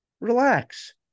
relax